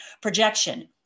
Projection